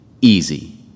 easy